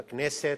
בכנסת.